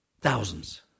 thousands